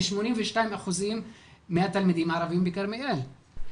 ל-82% מהתלמידים הערבים בכרמיאל.